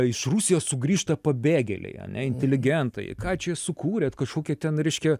iš rusijos sugrįžta pabėgėliai ane inteligentai ką čia sukūrėt kažkokią ten reiškia